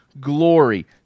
glory